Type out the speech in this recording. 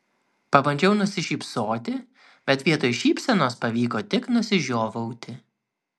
pabandžiau nusišypsoti bet vietoj šypsenos pavyko tik nusižiovauti